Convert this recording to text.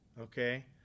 Okay